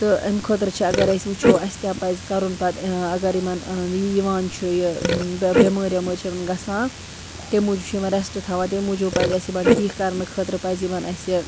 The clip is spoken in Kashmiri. تہٕ اَمہِ خٲطرٕ چھِ اگر أسۍ وٕچھو اَسہِ کیاہ پَزِ کَرُن پَتہٕ اگر یِمَن یہِ یوان چھُ یہِ بٮ۪مٲرۍ وٮ۪مٲرۍ چھےٚ یِمَن گَژھان تَمہِ موٗجوٗب چھِ یِمَن ریٚسٹ تھاوان تَمہِ موٗجوٗب پَزِ اَسہِ یِمَن ٹھیٖک کَرنہٕ خٲطرٕ پَزِ یِمَن اَسہِ